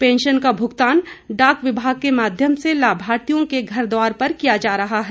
pension का भुगतान डाक विभाग के माध्यम से लाभार्थियों के घरद्वार पर किया जा रहा है